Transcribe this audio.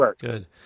good